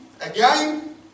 again